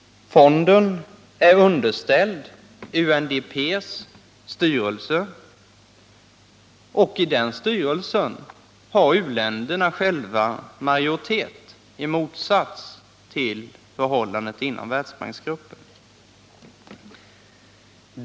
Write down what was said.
Fonden är underställd UNDP:s styrelse, och i den styrelsen har u-länderna själva majoritet i motsats till vad som är förhållandet inom Världsbanksgruppen.